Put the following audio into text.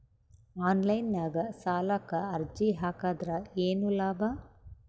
Online ನಾಗ್ ಸಾಲಕ್ ಅರ್ಜಿ ಹಾಕದ್ರ ಏನು ಲಾಭ?